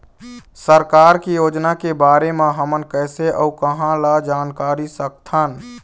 सरकार के योजना के बारे म हमन कैसे अऊ कहां ल जानकारी सकथन?